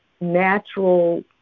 natural